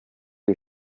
you